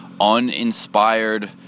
uninspired